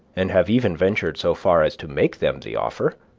and have even ventured so far as to make them the offer,